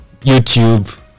YouTube